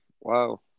Wow